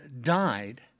died